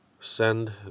send